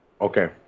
Okay